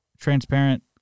transparent